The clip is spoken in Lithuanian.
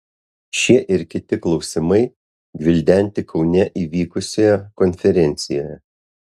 šie ir kiti klausimai gvildenti kaune įvykusioje konferencijoje